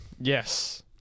Yes